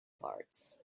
parts